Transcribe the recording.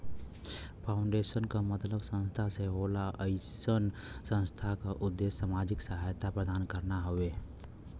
foundation क मतलब संस्था से होला अइसन संस्था क उद्देश्य सामाजिक सहायता प्रदान करना हउवे